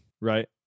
right